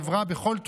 שוויון